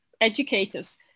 educators